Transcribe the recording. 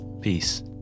Peace